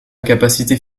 incapacité